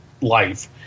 life